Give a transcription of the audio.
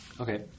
Okay